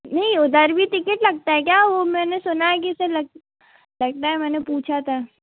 नहीं उधर भी टिकेट लगता है क्या वो मैंने सुना है कि ऐसे लग लगता है मैंने पूछा था